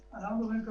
אתה מקבל את האש הזו,